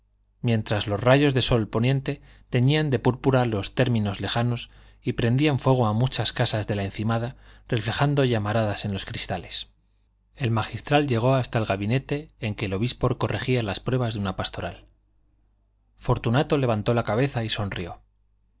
mientras los rayos del sol poniente teñían de púrpura los términos lejanos y prendían fuego a muchas casas de la encimada reflejando llamaradas en los cristales el magistral llegó hasta el gabinete en que el obispo corregía las pruebas de una pastoral fortunato levantó la cabeza y sonrió